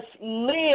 live